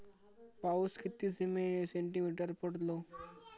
पाऊस किती सेंटीमीटर पडलो?